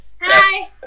Hi